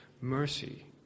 mercy